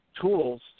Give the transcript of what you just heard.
tools